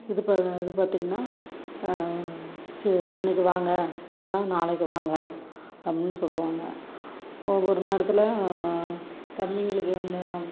இது இது பார்த்திங்கன்னா இன்னைக்கி வாங்க இல்லைனா நாளைக்கு வாங்க அப்படின்னு சொல்வாங்க ஒரு நேரத்தில் தம்பிங்களுக்கு இந்த